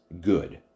good